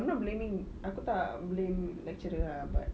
I'm not blaming aku tak blame lecturer ah but